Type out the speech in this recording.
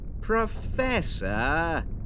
Professor